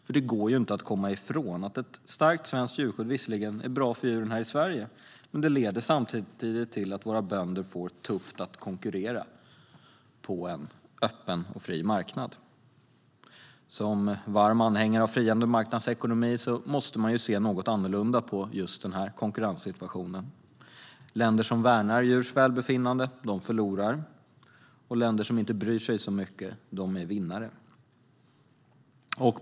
Det går nämligen inte att komma ifrån att ett starkt svenskt djurskydd visserligen är bra för djuren här i Sverige, men det leder samtidigt till att våra bönder får det tufft att konkurrera på en öppen och fri marknad. Som varm anhängare av frihandel och marknadsekonomi måste man se något annorlunda på just denna konkurrenssituation. Länder som värnar djurs välbefinnande förlorar, och länder som inte bryr sig så mycket är vinnare.